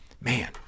man